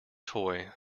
toy